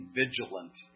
vigilant